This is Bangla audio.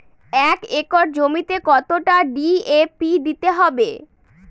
এক একর জমিতে কতটা ডি.এ.পি দিতে হবে?